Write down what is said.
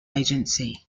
agency